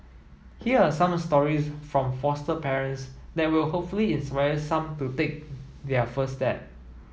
here are some stories from foster parents that will hopefully inspire some to take their first step